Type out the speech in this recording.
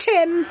Tim